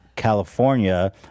California